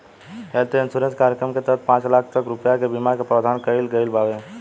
health insurance कार्यक्रम के तहत पांच लाख तक रुपिया के बीमा के प्रावधान कईल गईल बावे